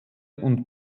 und